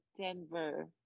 Denver